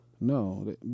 No